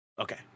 Okay